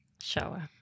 Shower